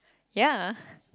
ya